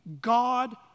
God